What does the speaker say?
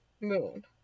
moon